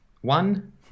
one